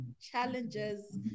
Challenges